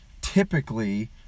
typically